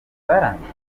zarangiye